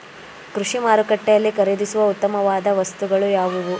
ಕೃಷಿ ಮಾರುಕಟ್ಟೆಯಲ್ಲಿ ಖರೀದಿಸುವ ಉತ್ತಮವಾದ ವಸ್ತುಗಳು ಯಾವುವು?